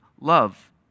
love